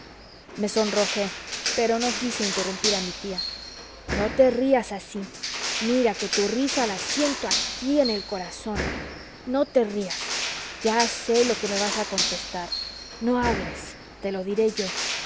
me sonrojé pero no quise interrumpir a mi tía no te rías así mira que tu risa la siento aquí en el corazón no te rías ya sé lo que me vas a contestar no hables te lo diré yo